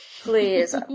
Please